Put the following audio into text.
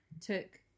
took